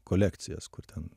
kolekcijas kur ten